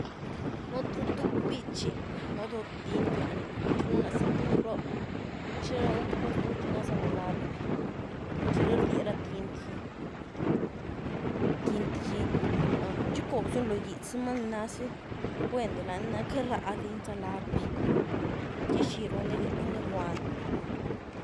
Nu’ th tuv by’tchy, nu’ doh tint lanyní, txi nuny lany zty tuv roh, txi nu’ th coz ndutchy na’za loo lapy, txi rëh rdie ra tint gy, tint gy, txi gycoo ziuny lo gyëtz, numá ni nazyni guen deland ah queity ráhdiny za lapy, txi xi runy guand.